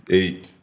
eight